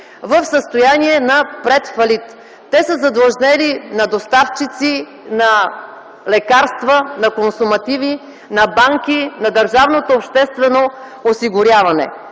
в състояние на предфалит. Те са задлъжнели на доставчици, на лекарства, на консумативи, на банки, на държавното обществено осигуряване.